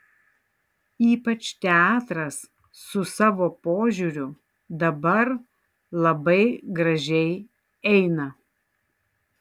ypač teatras su savo požiūriu dabar labai gražiai eina